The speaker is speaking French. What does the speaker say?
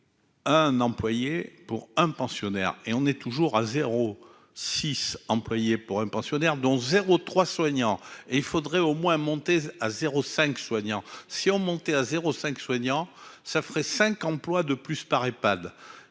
un employé pour un pensionnaire et on est toujours à 0 6 employé pour un pensionnaire, dont 0 3 soignants et il faudrait au moins monter à 0 5 soignant si on montait à 0 5 soignant, ça ferait 5 employes de plus paraît